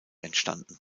entstanden